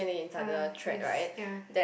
ah yes ya